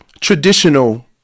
traditional